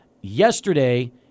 Yesterday